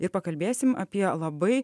ir pakalbėsim apie labai